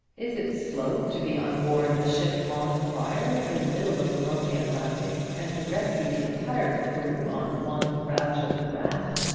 is it slow to be on board a ship on fire in the middle of the lonely atlantic, and to rescue the entire crew on one fragile raft,